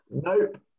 Nope